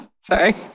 Sorry